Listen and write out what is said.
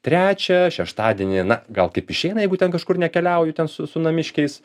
trečią šeštadienį na gal taip išeina jeigu ten kažkur nekeliauju ten su su namiškiais